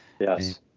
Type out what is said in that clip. Yes